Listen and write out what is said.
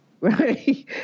right